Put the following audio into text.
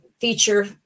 feature